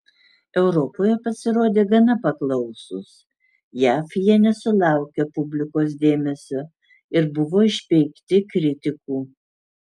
europoje pasirodė gana paklausūs jav jie nesulaukė publikos dėmesio ir buvo išpeikti kritikų